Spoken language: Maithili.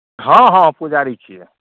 हँ हँ पुजारी छिए